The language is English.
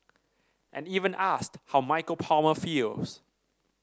and even asked how Michael Palmer feels